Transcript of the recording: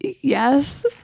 Yes